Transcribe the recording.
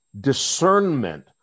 discernment